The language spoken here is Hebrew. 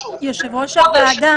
יושב-ראש הוועדה,